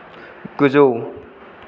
गोजौ